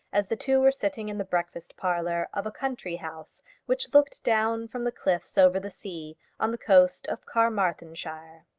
as the two were sitting in the breakfast parlour of a country house which looked down from the cliffs over the sea on the coast of carmarthenshire.